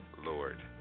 Lord